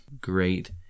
great